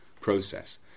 process